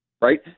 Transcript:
right